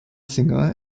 singer